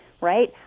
right